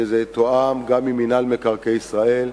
שזה יתואם גם עם מינהל מקרקעי ישראל.